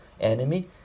enemy